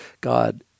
God